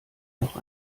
noch